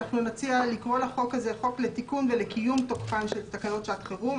אנחנו נציע לקרוא לחוק הזה חוק לתיקון ולקיום תוקפן של תקנות שעת חירום.